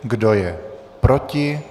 Kdo je proti?